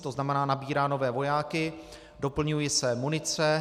To znamená, nabírá nové vojáky, doplňuje se munice.